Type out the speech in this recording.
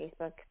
Facebook